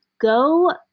go